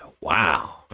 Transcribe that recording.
Wow